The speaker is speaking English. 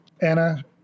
Anna